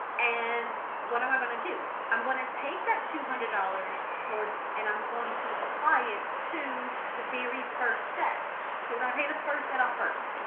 and what am i going to do? i'm going to take that two hundred dollars towards and i'm going to apply it to the very first debt. so we're gonna pay the first debt off first.